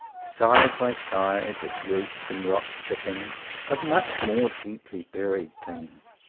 side by side with roots and rock-chippings of much more deeply buried things.